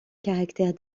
caractère